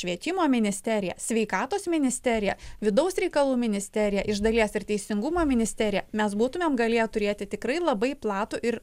švietimo ministerija sveikatos ministerija vidaus reikalų ministerija iš dalies ir teisingumo ministerija mes būtumėm galėję turėti tikrai labai platų ir